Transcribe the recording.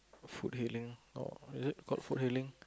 Food Hailing or is it called Food Hailing